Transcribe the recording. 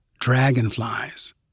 dragonflies